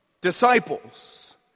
Disciples